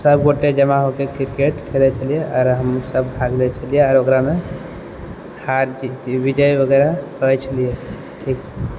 सब गोटे जमा होके क्रिकेट खेलय छलियै आओर हमसब भाग लै छलियै आओर ओकरामे हार जीत विजय वगैरह करय छलियै ठीक छै